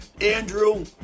Andrew